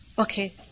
Okay